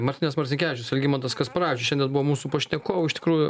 martynas marcinkevičius algimantas kasparavičius šiandien buvo mūsų pašnekovai iš tikrųjų